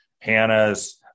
Hannah's